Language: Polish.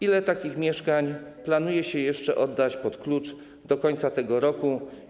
Ile takich mieszkań planuje się oddać pod klucz do końca tego roku?